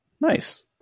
Nice